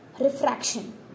refraction